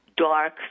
dark